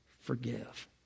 forgive